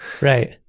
Right